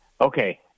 Okay